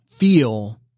feel